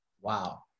Wow